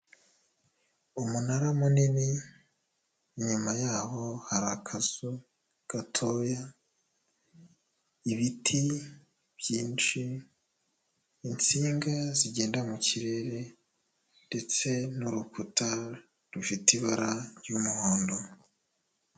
Umunara munini, inyuma yaho hari akazu gatoya, ibiti byinshi, insinga zigenda mu kirere ndetse n'urukuta rufite ibara ry'umuhondo.